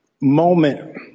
moment